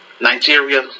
Nigeria